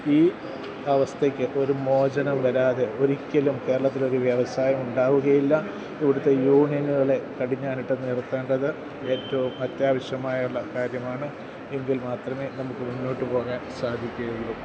ഈ അവസ്ഥയ്ക്ക് ഒരു മോചനം വരാതെ ഒരിക്കലും കേരളത്തിലൊരു വ്യവസായം ഉണ്ടാവുകയില്ല ഇവിടുത്തെ യൂണിയനുകളെ കടിഞ്ഞാൺ ഇട്ട് നിർത്തേണ്ടത് ഏറ്റവും അത്യാവശ്യമായുള്ള കാര്യമാണ് എങ്കിൽ മാത്രമേ നമുക്ക് മുന്നോട്ട് പോകാൻ സാധിക്കുകയുളളൂ